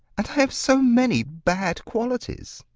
and i have so many bad qualities.